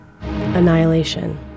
Annihilation